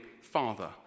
father